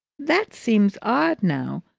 that seems odd, now,